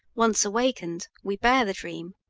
once awakened, we bear the dream,